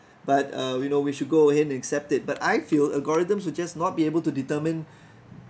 but uh you know we should go ahead and accept it but I feel algorithms will just not be able to determine